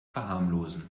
verharmlosen